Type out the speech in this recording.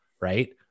right